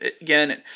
Again